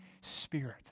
spirit